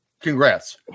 congrats